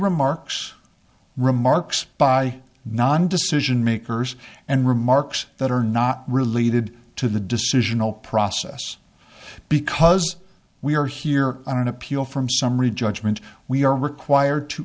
remarks remarks by non decision makers and remarks that are not related to the decisional process because we are here on an appeal from summary judgment we are required to